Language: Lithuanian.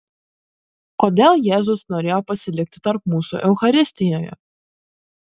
kodėl jėzus norėjo pasilikti tarp mūsų eucharistijoje